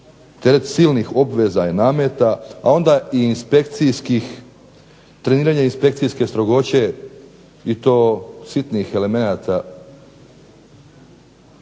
teret silnih obveza i nameta, a onda i treniranja inspekcijske strogoće i to sitnih elemenata